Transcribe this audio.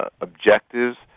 objectives